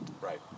right